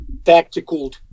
tactical